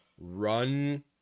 run